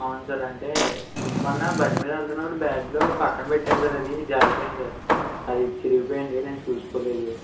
అవును సార్ అంటే మొన్న బండి మీద వెళ్తున్నప్పుడు బ్యాగ్లో పక్కన పెట్టాను సార్ అది జారిపోయింది సార్ చిరిగిపోయింది నేను చూసుకోలేదు